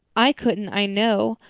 i couldn't, i know.